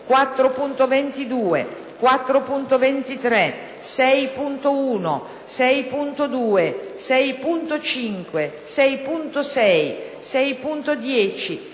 4.22, 4.23, 6.1, 6.2, 6.5, 6.6, 6.10,